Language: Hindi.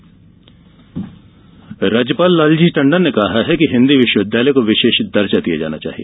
राज्यपाल राज्यपाल लालजी टंडन ने कहा है कि हिन्दी विश्वविद्यालय को विशेष दर्जा दिया जाना चाहिए